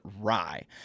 rye